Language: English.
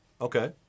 Okay